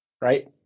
right